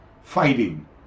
fighting